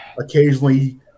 occasionally